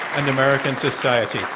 and american society.